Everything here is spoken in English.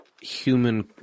human